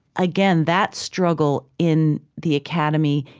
again, that struggle in the academy,